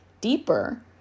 deeper